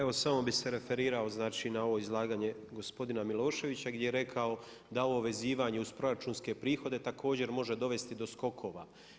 Evo samo bih se referirao, znači na ovo izlaganje gospodina Miloševića gdje je rekao da ovo vezivanje uz proračunske prihode također može dovesti do skokova.